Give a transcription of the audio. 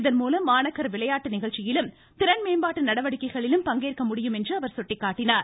இதன்மூலம் மாணாக்கர் விளையாட்டு நிகழ்ச்சிகளிலும் திறன் மேம்பாட்டு நடவடிக்கைகளிலும் பங்கேற்க முடியும் என்றும் அவர் சுட்டிக்காட்டினார்